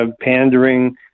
pandering